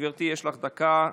גברתי, יש לך דקה.